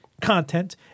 content